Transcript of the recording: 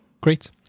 great